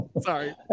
Sorry